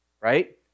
right